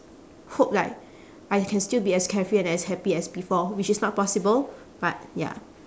hope like I can still be as carefree and as happy as before which is not possible but ya